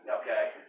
okay